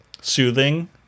soothing